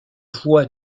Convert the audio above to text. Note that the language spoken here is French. voix